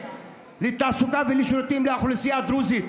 לתעסוקה ולשירותים לאוכלוסייה הדרוזית.